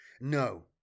No